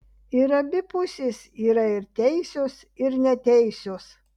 ir abi pusės yra ir teisios ir neteisios